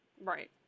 right